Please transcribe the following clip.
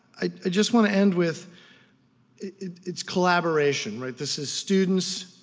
i just want to end with it's collaboration. this is students,